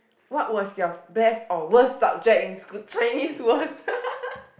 what was your best or worst subject in school Chinese worst